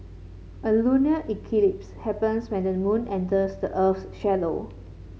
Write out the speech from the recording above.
a lunar eclipse happens when the moon enters the earth's shadow